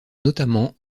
notamment